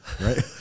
Right